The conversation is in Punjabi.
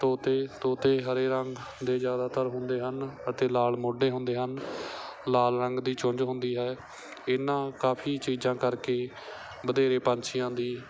ਤੋਤੇ ਤੋਤੇ ਹਰੇ ਰੰਗ ਦੇ ਜ਼ਿਆਦਾਤਰ ਹੁੰਦੇ ਹਨ ਅਤੇ ਲਾਲ ਮੋਢੇ ਹੁੰਦੇ ਹਨ ਲਾਲ ਰੰਗ ਦੀ ਚੁੰਝ ਹੁੰਦੀ ਹੈ ਇਹਨਾਂ ਕਾਫੀ ਚੀਜ਼ਾਂ ਕਰਕੇ ਵਧੇਰੇ ਪੰਛੀਆਂ ਦੀ